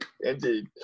Indeed